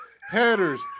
Headers